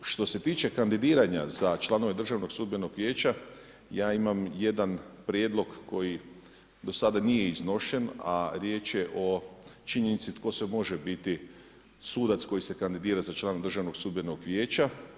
Što se tiče kandidiranja za članove Državnog sudbenog vijeća ja imam jedan prijedlog koji do sada nije iznošen, a riječ je o činjenici tko sve može biti sudac koji se kandidira za člana Državnog sudbenog vijeća.